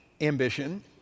ambition